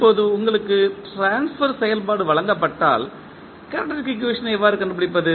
இப்போது உங்களுக்கு ட்ரான்ஸ்பர் செயல்பாடு வழங்கப்பட்டால் கேரக்டரிஸ்டிக் ஈக்குவேஷன் ஐ எவ்வாறு கண்டுபிடிப்பது